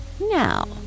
Now